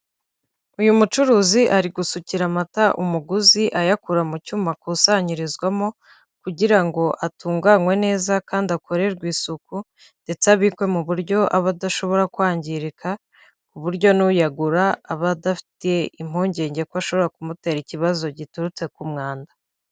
Uyu mucuruzi ari gusukira amata umuguzi ayakura mu cyuma akusanyirizwamo, kugira ngo atunganwe neza kandi akorerwe isuku ndetse abikwe mu buryo aba adashobora kwangirika, ku buryo n'uyagura aba adafite impungenge ko ashobora kumutera ikibazo giturutse ku mwanda.